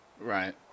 Right